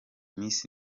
miss